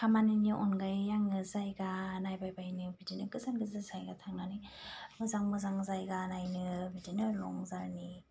खामानिनि अनगायै आङो जायगा नायबायबायनो बिदिनो गोजान गोजान जायगा थांनानै मोजां मोजां जायगा नायनो बिदिनो लं जारनि